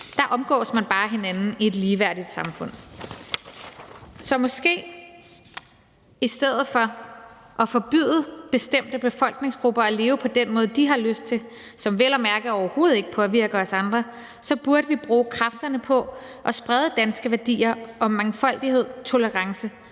der omgås man bare hinanden i et ligeværdigt samfund. Så i stedet for at forbyde bestemte befolkningsgrupper at leve på den måde, de har lyst til, som vel at mærke overhovedet ikke påvirker os andre, burde vi måske bruge kræfterne på at sprede danske værdier om mangfoldighed, tolerance